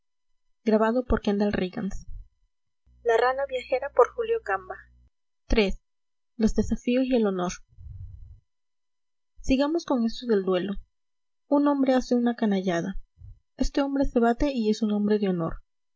iii los desafíos y el honor sigamos con esto del duelo un hombre hace una canallada este hombre se bate y es un hombre de honor